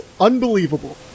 unbelievable